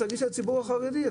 תגיד שזה לציבור החרדי.